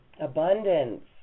Abundance